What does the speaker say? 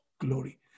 glory